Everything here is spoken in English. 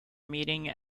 meeting